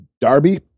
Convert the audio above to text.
Darby